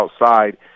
outside